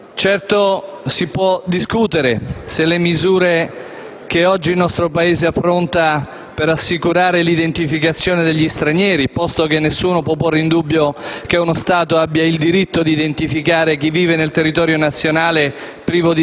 Certo, si può discutere sulle misure che oggi il nostro Paese appronta per assicurare l'identificazione degli stranieri, posto che nessuno può porre in dubbio che uno Stato abbia il diritto di identificare chi vive nel territorio nazionale